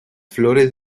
flores